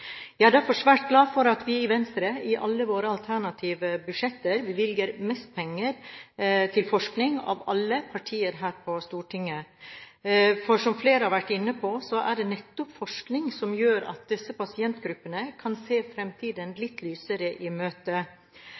Jeg er derfor svært glad for at vi i Venstre, i alle våre alternative budsjetter, bevilger mest penger til forskning av alle partier her på Stortinget. Som flere har vært inne på, er det nettopp forskning som gjør at disse pasientgruppene kan se fremtiden litt lysere i møte.